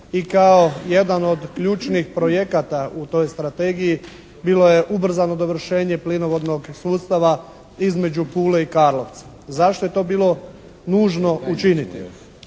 i kao jedan od ključnih projekata u toj strategiji bilo je ubrzano dovršenje plinovodnog sustava između Pule i Karlovca. Zašto je to bilo nužno učiniti?